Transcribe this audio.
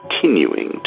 continuing